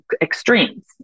extremes